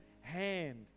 hand